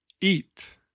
Eat